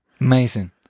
amazing